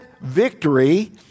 victory